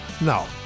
No